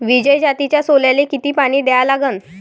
विजय जातीच्या सोल्याले किती पानी द्या लागन?